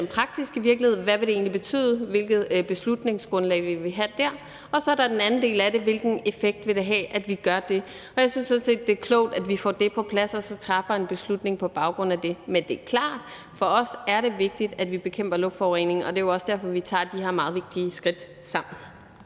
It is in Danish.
den praktiske virkelighed – hvad det egentlig vil betyde, og hvilket beslutningsgrundlag vi vil have der – og, som den anden del, hvilken effekt det vil have, at vi gør det. Jeg synes sådan set, det er klogt, at vi får det på plads og så træffer en beslutning på baggrund af det. Men det er klart, at det for os er vigtigt, at vi bekæmper luftforureningen, og det er jo også derfor, at vi tager de her meget vigtige skridt sammen.